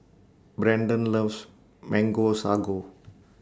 Brendan loves Mango Sago